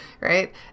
right